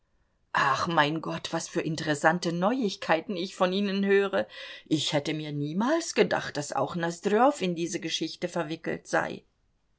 ach mein gott was für interessante neuigkeiten ich von ihnen höre ich hätte mir niemals gedacht daß auch nosdrjow in diese geschichte verwickelt sei